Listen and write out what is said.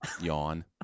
yawn